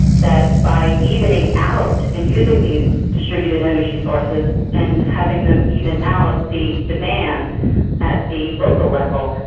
that by evening out and using these distributed energy sources and having them even out the demand at the local level,